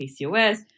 PCOS